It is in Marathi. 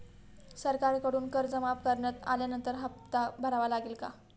सरकारकडून कर्ज माफ करण्यात आल्यानंतर हप्ता भरावा लागेल का?